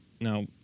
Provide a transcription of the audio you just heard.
Now